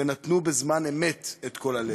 ונתנו בזמן אמת את כל הלב.